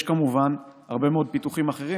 יש כמובן הרבה מאוד פיתוחים אחרים,